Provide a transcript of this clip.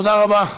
תודה רבה.